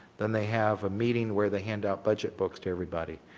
then they have a meeting where they hand out budget books to everybody.